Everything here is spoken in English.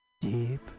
deep